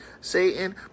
Satan